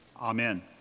Amen